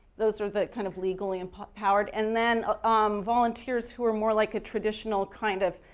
those are the kind of legally empowered and then ah um volunteers who are more like a traditional kind of,